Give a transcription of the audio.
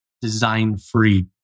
design-free